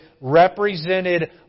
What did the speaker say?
represented